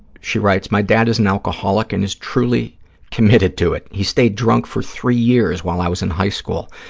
she writes, my dad is an alcoholic and is truly committed to it. he stayed drunk for three years while i was in high school,